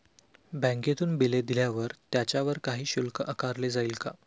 बँकेतून बिले दिल्यावर त्याच्यावर काही शुल्क आकारले जाईल का?